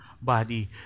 body